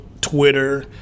Twitter